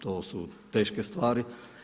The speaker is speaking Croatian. To su teške stvari.